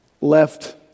left